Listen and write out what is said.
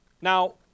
Now